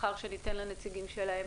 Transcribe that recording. לאחר שניתן לנציגים שלהם